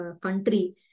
country